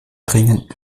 dringend